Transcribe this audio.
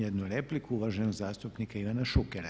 jednu repliku uvaženog zastupnika Ivana Šukera.